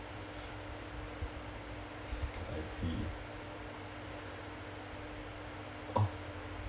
I see oh